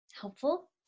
helpful